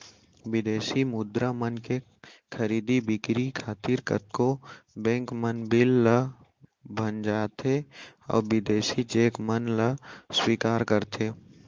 बिदेसी मुद्रा मन के खरीदी बिक्री खातिर कतको बेंक मन बिल ल भँजाथें अउ बिदेसी चेक मन ल स्वीकार करथे